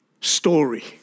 story